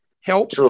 help